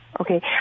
Okay